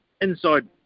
inside